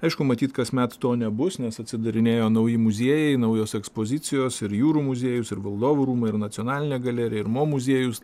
aišku matyt kasmet to nebus nes atsidarinėjo nauji muziejai naujos ekspozicijos ir jūrų muziejus ir valdovų rūmai ir nacionalinė galerija ir mo muziejus